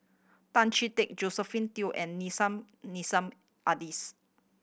Tan Chee Teck Josephine Teo and Nissim Nassim Adis